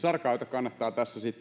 kannattaa